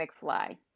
McFly